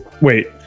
wait